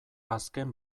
azken